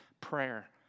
prayer